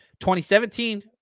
2017